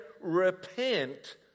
Repent